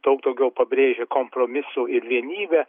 daug daugiau pabrėžė kompromisų ir vienybę